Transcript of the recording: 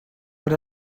per